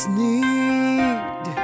need